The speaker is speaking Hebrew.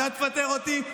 אתה תפטר אותי.